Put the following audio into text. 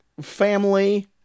family